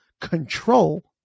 control